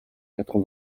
quatre